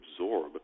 absorb